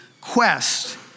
quest